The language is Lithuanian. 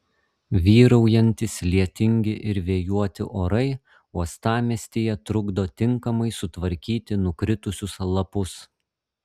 vyraujantys lietingi ir vėjuoti orai uostamiestyje trukdo tinkamai sutvarkyti nukritusius lapus